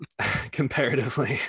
comparatively